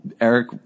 Eric